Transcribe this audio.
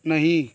नहीं